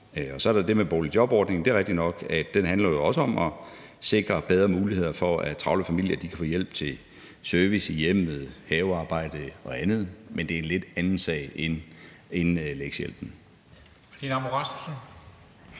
Så er der det med boligjobordningen, og det er rigtigt nok, at den jo også handler om at sikre bedre muligheder for, at travle familier kan få hjælp til service i hjemmet, havearbejde og andet, men det er en lidt anden sag end lektiehjælpen.